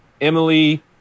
Emily